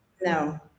no